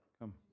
come